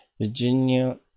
Virginia